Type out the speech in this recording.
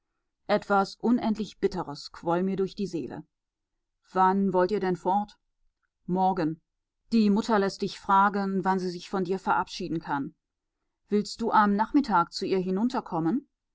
etwas unendlich bitteres quoll mir durch die seele wann wollt ihr denn fort morgen die mutter läßt dich fragen wann sie sich von dir verabschieden kann willst du am nachmittag zu ihr